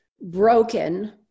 broken